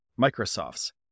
Microsoft's